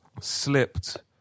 Slipped